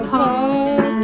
heart